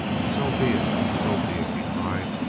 so be it! so be it! he cried.